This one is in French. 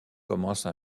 commence